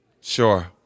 Sure